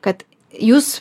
kad jūs